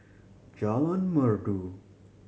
Jalan Merdu